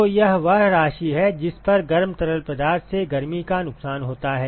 तो यह वह राशि है जिस पर गर्म तरल पदार्थ से गर्मी का नुकसान होता है